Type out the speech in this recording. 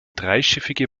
dreischiffige